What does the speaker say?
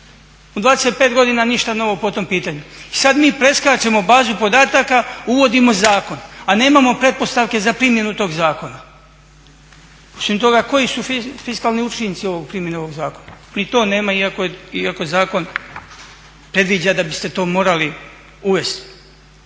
U 25.godina ništa novo po tom pitanju. I sad mi preskačemo bazu podataka, uvodimo zakon a nemamo pretpostavke za primjenu tog zakona. Osim toga koji su fiskalni učinci primjene ovog zakona? Ni to nema iako je zakon predviđa da biste to morali uvesti.